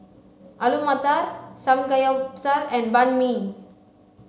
Alu Matar Samgeyopsal and Banh Mi